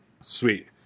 Sweet